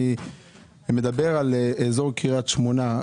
אני מדבר על אזור קריית שמונה.